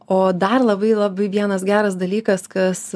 o dar labai labai vienas geras dalykas kas